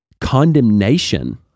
condemnation